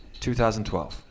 2012